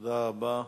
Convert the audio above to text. תודה רבה.